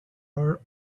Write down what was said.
rear